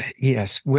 yes